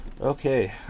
Okay